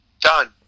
Done